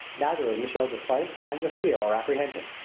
neither of them showed the slightest signs of fear or apprehension.